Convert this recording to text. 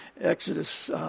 Exodus